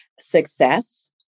success